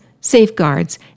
safeguards